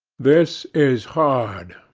this is hard.